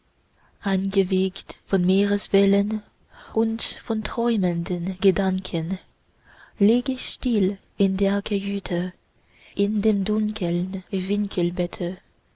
eingewiegt von meereswellen und von träumenden gedanken lieg ich still in der kajüte in dem dunkeln